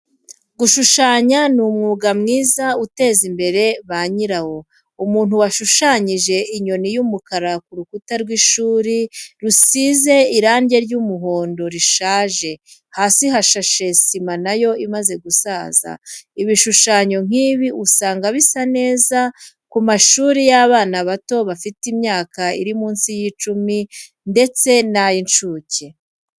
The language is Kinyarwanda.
Gushushanya ni umwuga mwiza uteza imbere ba nyirawo. Umuntu washushanyije inyoni y'umukara ku rukuta rw'ishuri, rusize irangi ry'umuhondo rishaje, hasi hashashe sima na yo imaze gusaza. Ibishushanyo nkibi usanga bisa neza ku mashuri y'abana bato bafite imyaka iri munsi y'icumi ndetse n'ay'icuke